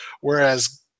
whereas